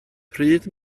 pryd